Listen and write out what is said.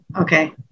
Okay